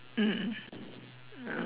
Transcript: mm mm